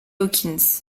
hawkins